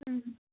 অও